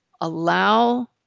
allow